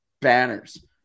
banners